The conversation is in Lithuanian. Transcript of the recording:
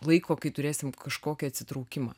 laiko kai turėsim kažkokį atsitraukimą